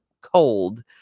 cold